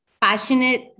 passionate